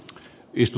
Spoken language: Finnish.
istu